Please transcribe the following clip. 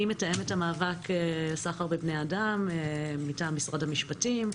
אני מתאמת המאבק סחר בבני אדם מטעם משרד המשפטים.